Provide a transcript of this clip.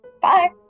bye